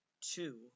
two